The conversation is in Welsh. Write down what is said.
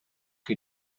chi